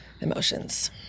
emotions